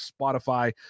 Spotify